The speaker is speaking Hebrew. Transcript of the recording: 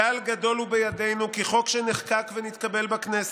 "כלל גדול הוא בידינו כי חוק שנחקק ונתקבל בכנסת,